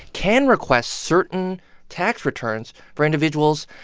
can request certain tax returns for individuals.